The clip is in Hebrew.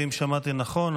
ואם שמעתי נכון,